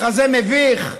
מחזה מביך?